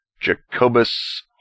Jacobus